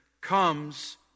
comes